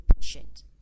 patient